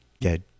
dead